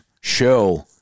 Show